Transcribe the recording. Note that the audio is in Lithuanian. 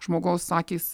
žmogaus akys